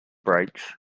brakes